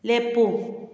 ꯂꯦꯞꯄꯨ